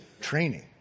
training